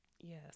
Yes